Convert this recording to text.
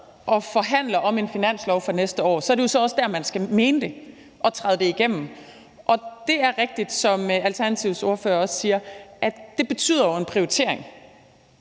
og forhandler om en finanslov for næste år, er det jo så også der, man skal mene det og få det igennem. Det er rigtigt, som Alternativets ordfører også siger, at det jo indebærer en prioritering,